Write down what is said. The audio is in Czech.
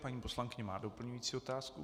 Paní poslankyně má doplňující otázku.